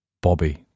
Bobby